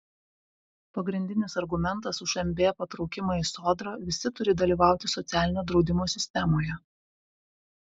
pagrindinis argumentas už mb patraukimą į sodrą visi turi dalyvauti socialinio draudimo sistemoje